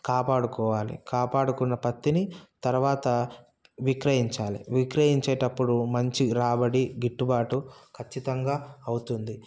కాపాడుకోవాలి కాపాడుకున్న పత్తిని తర్వాత విక్రయించాలి విక్రయించేటప్పుడు మంచి రాబడి గిట్టుబాటు ఖచ్చితంగా అవుతుంది